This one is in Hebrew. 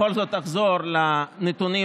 בכל זאת אחזור לנתונים,